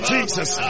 Jesus